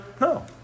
No